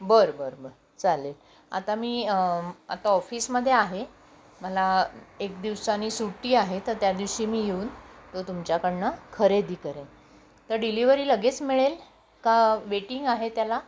बरं बरं बरं चालेल आता मी आता ऑफिसमध्ये आहे मला एक दिवसाने सुट्टी आहे तर त्या दिवशी मी येऊन तो तुमच्याकडून खरेदी करेन तर डिलिवरी लगेच मिळेल का वेटिंग आहे त्याला